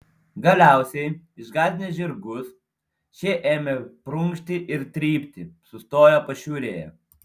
galiausiai išgąsdinęs žirgus šie ėmė prunkšti ir trypti sustojo pašiūrėje